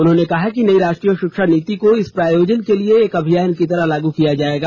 उन्होंने कहा कि नई राष्ट्रीय शिक्षा नीति को इस प्रयोजन के लिए एक अभियान की तरह लागू किया जाएगा